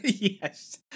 Yes